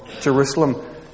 Jerusalem